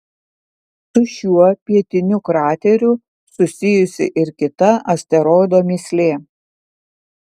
su šiuo pietiniu krateriu susijusi ir kita asteroido mįslė